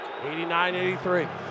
89-83